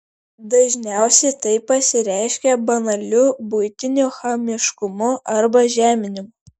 dažniausiai tai pasireiškia banaliu buitiniu chamiškumu arba žeminimu